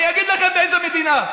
אני אגיד לכם באיזו מדינה.